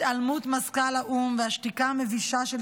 התעלמות מזכ"ל האו"ם והשתיקה המבישה של